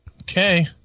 Okay